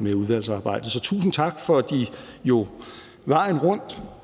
udvalgsarbejdet. Så tusind tak for de hele vejen rundt